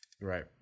right